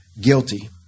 guilty